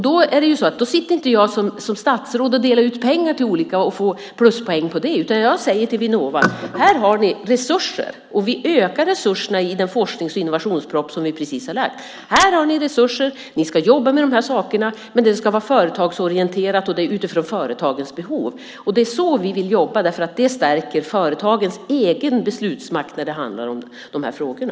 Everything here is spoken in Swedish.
Jag sitter inte som statsråd och delar ut pengar till olika program och får pluspoäng för det, utan jag säger till Vinnova: Här har ni resurser! Vi ökar resurserna i den forsknings och innovationsproposition som vi precis har lagt fram. Här har ni resurser! Ni ska jobba med de här sakerna. Men det ska vara företagsorienterat och utifrån företagens behov. Det är så vi vill jobba, därför att det stärker företagens egen beslutsmakt när det handlar om de här frågorna.